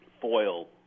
foil